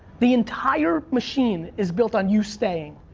the entire machine is built on you staying.